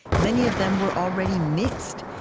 many of them were already mixed,